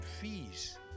fees